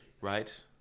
right